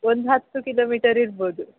ಒಂದು ಹತ್ತು ಕಿಲೋಮೀಟರ್ ಇರ್ಬೌದು